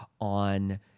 on